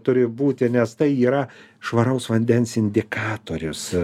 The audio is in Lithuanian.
turi būti nes tai yra švaraus vandens indikatorius